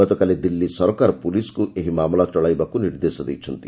ଗତକାଲି ଦିଲ୍ଲୀ ସରକାର ପୁଲିସକୁ ଏହି ମାମଲା ଚଳାଇବାକୁ ନିର୍ଦ୍ଦେଶ ଦେଇଛନ୍ତି